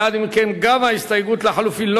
ההסתייגות לחלופין של